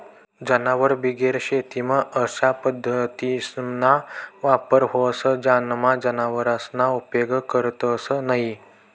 जनावरबिगेर शेतीमा अशा पद्धतीसना वापर व्हस ज्यानामा जनावरसना उपेग करतंस न्हयी